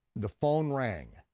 the phone rang,